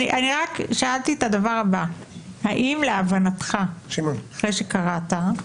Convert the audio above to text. אני שאלתי האם להבנתך, אחרי שקראת את